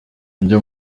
ibyo